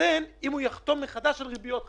יינתן רק אם הוא יחתום מחדש על ריביות חדשות.